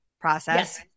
process